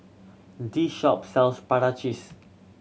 this shop sells prata cheese